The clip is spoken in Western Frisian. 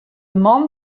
man